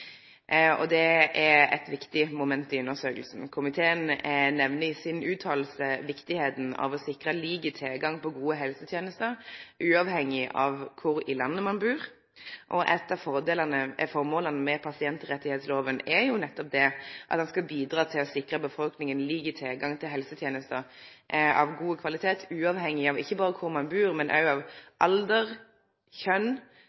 Det er eit viktig moment i undersøkinga. Komiteen nemner i sin merknad kor viktig det er å sikre lik tilgang på gode helsetenester uavhengig av kor i landet ein bur. Eitt av formåla med pasientrettigheitsloven er jo nettopp at loven skal bidra til å sikre befolkninga lik tilgang til helsetenester av god kvalitet, ikkje berre uavhengig av kor ein bur, men òg av